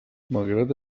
malgrat